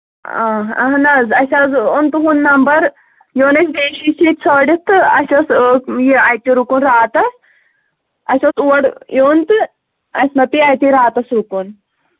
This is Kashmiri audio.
آ اَہن حظ اَسہِ حظ اوٚن تُہُنٛد نمبر یہِ اوٚن اَسہِ ژھٲںٛڈِتھ تہٕ اَسہِ اوس یہِ اَتہِ رُکُن راتَس اَسہِ اوس اور یُن تہٕ اَسہِ ما پے اَتی راتَس رُکُن